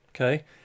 okay